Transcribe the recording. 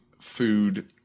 food